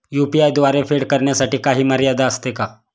UPI द्वारे फेड करण्यासाठी काही मर्यादा असते का?